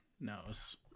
knows